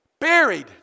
buried